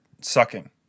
sucking